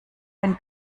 wenn